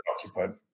occupied